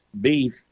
beef